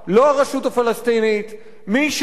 מי שאחראי זו ממשלת ישראל.